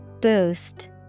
Boost